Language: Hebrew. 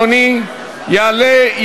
אדוני יעלה,